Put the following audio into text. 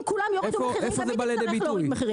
אם כולם יורידו מחירים גם היא תצטרך להוריד מחירים.